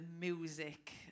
music